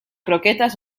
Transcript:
croquetas